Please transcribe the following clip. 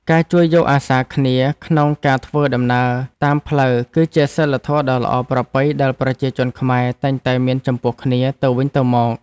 ការជួយយកអាសារគ្នាក្នុងការធ្វើដំណើរតាមផ្លូវគឺជាសីលធម៌ដ៏ល្អប្រពៃដែលប្រជាជនខ្មែរតែងតែមានចំពោះគ្នាទៅវិញទៅមក។